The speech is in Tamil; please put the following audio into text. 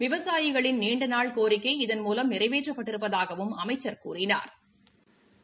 விவசாயிகளின் நீண்டநாள் கோிக்கை இதன்மூலம் நிறைவேற்றப் பட்டிருப்பதாகவும் அமைச்சர் கூறினாா்